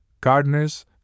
gardeners